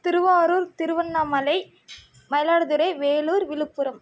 Thiruvarur Tiruvannamalai Mayiladuthurai Vellore Villupuram